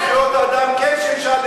מועצת זכויות אדם כן שימשה,